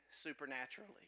supernaturally